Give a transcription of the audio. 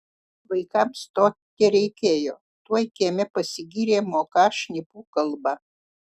vaikams to tereikėjo tuoj kieme pasigyrė moką šnipų kalbą